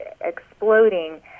exploding